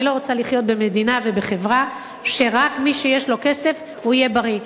אני לא רוצה לחיות במדינה ובחברה שרק מי שיש לו כסף יהיה בריא.